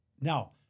Now